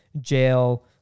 Jail